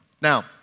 Now